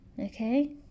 okay